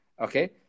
Okay